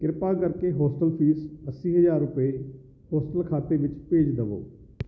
ਕਿਰਪਾ ਕਰਕੇ hostel fees ਅੱਸੀ ਹਜ਼ਾਰ ਰੁਪਏ ਹੋਸਟਲ ਖਾਤੇ ਵਿੱਚ ਭੇਜ ਦੇਵੋ